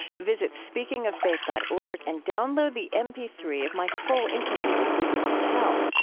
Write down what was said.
visit speakingoffaith dot org and download the m p three of my full interview with eboo patel.